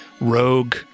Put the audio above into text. rogue